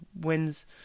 wins